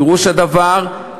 פירושו הדבר,